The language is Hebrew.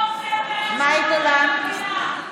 חברי הכנסת,